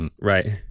Right